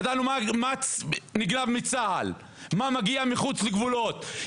ידענו מה נגנב מצה״ל ומה הגיע מחוץ לגבולות המדינה,